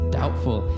doubtful